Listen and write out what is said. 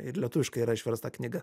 ir lietuviškai yra išversta knyga